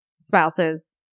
spouse's